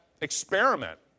experiment